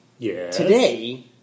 today